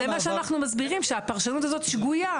התאחדות בוני הארץ.